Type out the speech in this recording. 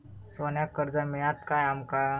सोन्याक कर्ज मिळात काय आमका?